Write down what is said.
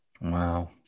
Wow